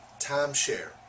timeshare